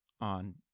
on